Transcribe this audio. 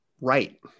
right